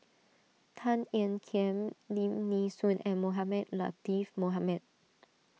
Tan Ean Kiam Lim Nee Soon and Mohamed Latiff Mohamed